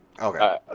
Okay